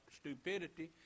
stupidity